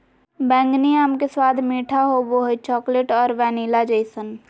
बैंगनी आम के स्वाद मीठा होबो हइ, चॉकलेट और वैनिला जइसन